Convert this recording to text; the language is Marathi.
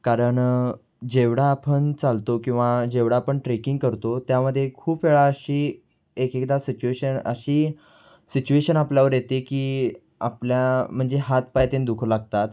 कारण जेवढा आपण चालतो किंवा जेवढा आपण ट्रेकिंग करतो त्यामध्ये खूप वेळा अशी एकएकदा सिच्युएशन अशी सिच्युएशन आपल्यावर येते की आपल्या म्हणजे हात पाय तेन दुखू लागतात